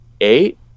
eight